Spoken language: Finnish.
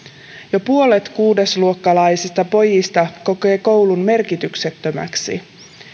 jo puolet kuudesluokkalaisista pojista kokee koulun merkityksettömäksi